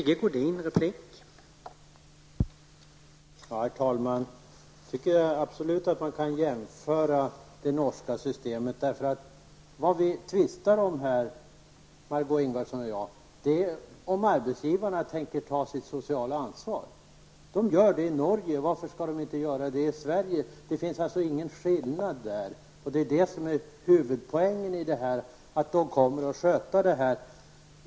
Herr talman! Jag tycker absolut att man kan jämföra med det norska systemet. Vad vi tvistar om här, Margó Ingvardsson och jag, är om arbetsgivarna tänker ta sitt sociala ansvar. Det gör de i Norge. Varför skulle de inte göra det i Sverige? Det finns alltså ingen skillnad där, och det är huvudpoängen. Arbetsgivarna kommer att sköta detta.